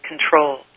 control